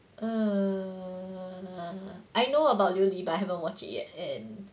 err I know about 琉璃 but I haven't watch it yet and